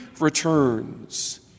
returns